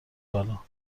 بالا